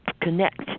connect